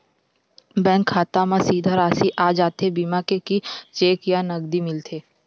Bank खाता मा सीधा राशि आ जाथे बीमा के कि चेक या नकदी मिलथे?